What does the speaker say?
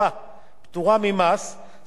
זאת, בעוד שלפי החוק הקיים